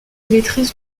maîtrise